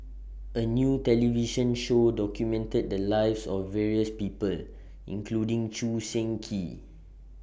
A New television Show documented The Lives of various People including Choo Seng Quee